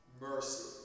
mercy